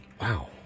Wow